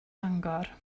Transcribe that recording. fangor